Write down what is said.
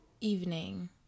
evening